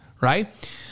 right